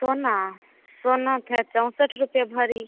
सोना सोना थे चौंसठ रुपया भरी